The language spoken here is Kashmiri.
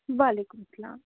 وعلیکُم السلام